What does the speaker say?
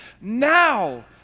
now